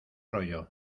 rollo